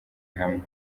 hamwe